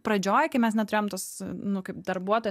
pradžioj kai mes neturėjom tos nu kaip darbuotojai